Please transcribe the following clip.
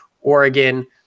Oregon